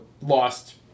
lost